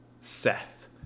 Seth